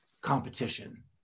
competition